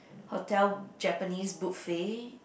hotel Japanese buffet